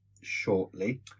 shortly